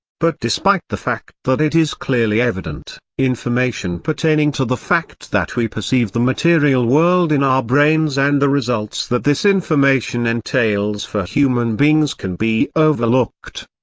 but despite the fact that it is clearly evident, information pertaining to the fact that we perceive the material world in our brains and the results that this information entails for human beings can be overlooked.